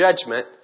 judgment